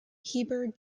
heber